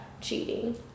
cheating